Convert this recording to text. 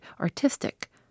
artistic